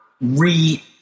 re